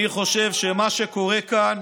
אני חושב שמה קורה כאן